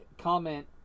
Comment